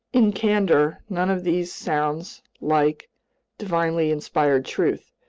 in candor, none of these sounds like divinely inspired truth.